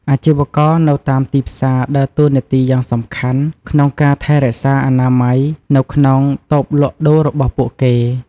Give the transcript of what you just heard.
អាជីវករនៅតាមទីផ្សារដើរតួនាទីយ៉ាងសំខាន់ក្នុងការថែរក្សាអនាម័យនៅក្នុងតូបលក់ដូររបស់ពួកគេ។